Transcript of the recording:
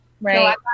Right